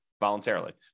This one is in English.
voluntarily